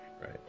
right